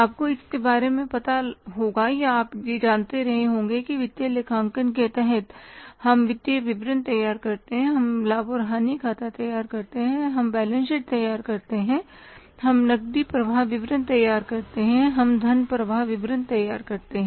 आपको इसके बारे में पता होगा या आप यह जानते रहे होंगे कि वित्तीय लेखांकन के तहत हम वित्तीय विवरण तैयार करते हैं हम लाभ और हानि खाता तैयार करते हैं हम बैलेंस शीट तैयार करते हैं हम नकदी प्रवाह विवरण तैयार करते हैं हम धन प्रवाह विवरण तैयार करते हैं